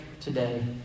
Today